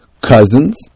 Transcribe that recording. cousins